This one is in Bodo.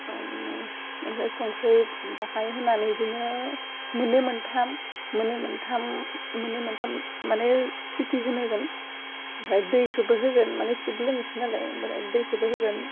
ओम ओमफ्राय संख्रि बाहाय होनानै इदिनो मोन्नै मोनथाम मोन्नै मोनथाम मोन्नै मोनथाम मानि सिटि होनहोगोन ओमफाय दैखौबो होगोन मानि सुब लोंनोसो नालाय ओमफाय दैखौबो होगोन